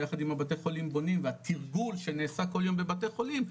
ביחד עם בתי החולים בונים והתרגול שנעשה כל יום בבתי חולים,